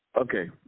Okay